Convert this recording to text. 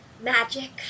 Magic